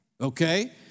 Okay